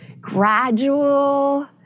gradual